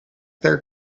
their